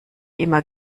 immer